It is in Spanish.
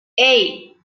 hey